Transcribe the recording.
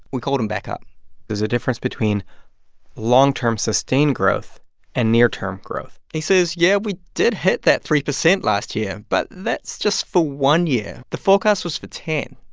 we called him back up there's a difference between long-term sustained growth and near-term growth he says, yeah, we did hit that three percent last year, but that's just for one year. the forecast was for ten.